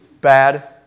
bad